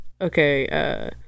Okay